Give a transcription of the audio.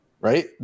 right